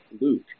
Luke